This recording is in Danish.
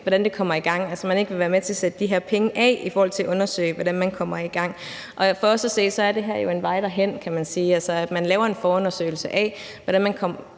hvordan det kommer i gang, altså at man ikke vil være med til at sætte de her penge af i forhold til at undersøge, hvordan man kommer i gang. For os at se er det her jo en vej derhen, altså at man laver en forundersøgelse af, hvordan man kommer